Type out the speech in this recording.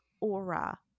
aura